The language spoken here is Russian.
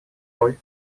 роль